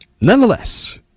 Nonetheless